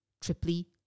triply